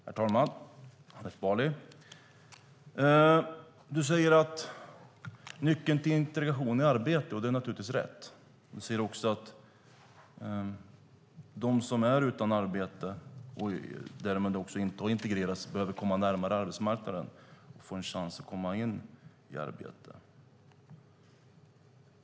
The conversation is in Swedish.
Herr talman! Du säger att nyckeln till integration är arbete, Hanif Bali. Det är naturligtvis rätt. Du säger också att de som är utan arbete och därmed inte heller har integrerats behöver komma närmare arbetsmarknaden och få en chans att komma in i arbete.